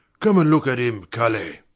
come and look at him, colly.